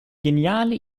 geniale